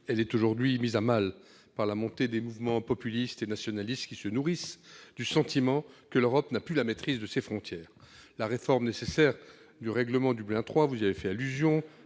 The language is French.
est aujourd'hui mise à mal par la montée des mouvements populistes et nationalistes, qui se nourrissent du sentiment que l'Europe ne dispose plus de la maîtrise de ses frontières. La réforme nécessaire du règlement Dublin III, qui est perçu